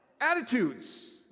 attitudes